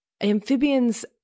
Amphibians